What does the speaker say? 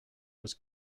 was